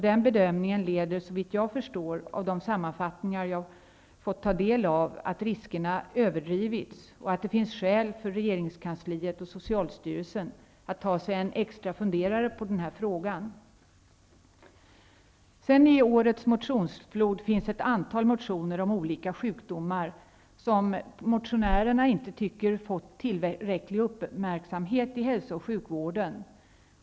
Den bedömningen har lett till slutsatsen, så vitt jag förstår av de sammanfattningar jag har fått ta del av, att riskerna överdrivits och att det finns skäl för regeringskansliet och socialstyrelsen att fundera extra över denna fråga. I årets motionsflod finns ett antal motioner om olika sjukdomar som motionärerna inte tycker har fått tillräcklig uppmärksamhet i hälso och sjukvården.